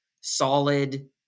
solid